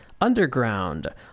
Underground